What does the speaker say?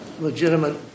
legitimate